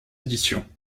éditions